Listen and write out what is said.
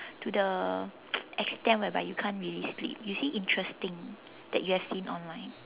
to the extend whereby you can't really sleep you see interesting that you have seen online